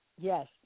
Yes